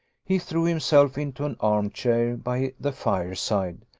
he threw himself into an arm-chair by the fireside,